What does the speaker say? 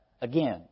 again